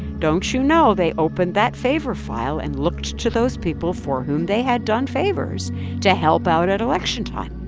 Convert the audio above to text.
don't you know, they opened that favor file and looked to those people for whom they had done favors to help out at election time.